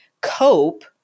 cope